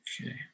Okay